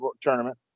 Tournament